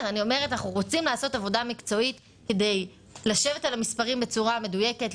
אנחנו רוצים לעשות עבודה מקצועית כדי לשבת על המספרים בצורה מדויקת,